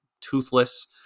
toothless